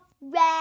red